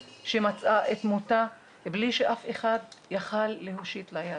שמצאה את מותה בלי שאף אחד יכול היה להושיט לה יד.